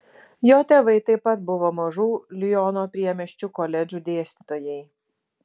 jo tėvai taip pat buvo mažų liono priemiesčių koledžų dėstytojai